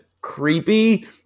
creepy